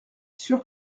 sûr